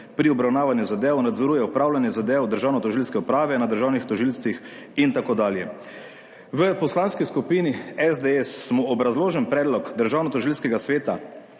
pri obravnavanju zadev, nadzoruje opravljanje zadev državnotožilske uprave na državnih tožilstvih in tako dalje. V Poslanski skupini SDS smo obrazloženi predlog Državnotožilskega sveta